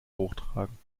hochtragen